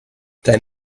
dein